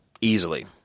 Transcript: Easily